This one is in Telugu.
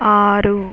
ఆరు